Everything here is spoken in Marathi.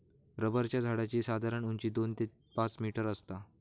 रबराच्या झाडाची साधारण उंची दोन ते पाच मीटर आसता